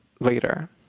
later